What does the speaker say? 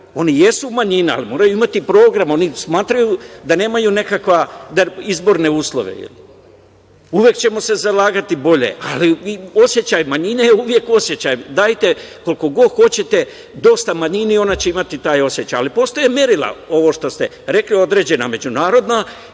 Oni jesu manjina, ali moraju imati program, oni smatraju da nemaju nekakve izborne uslove. Uvek ćemo se zalagati bolje, ali osećaj manjine je uvek osećaj. Dajte, koliko god hoćete dosta manjini i ona će imati taj oseća, ali postoje merila, ovo što ste rekli, određena međunarodna.